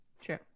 True